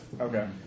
Okay